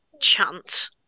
chant